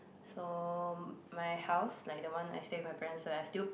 so my house like the one I stay with my parents where I still